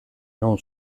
non